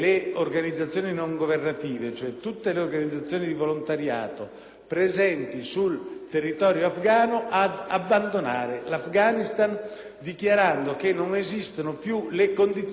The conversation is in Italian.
territorio afgano, ad abbandonare l'Afghanistan dichiarando che non esistono più le condizioni per garantire i livelli di sicurezza necessari.